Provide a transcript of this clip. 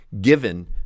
given